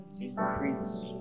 Increase